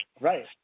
right